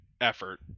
effort